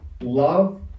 Love